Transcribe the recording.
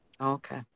Okay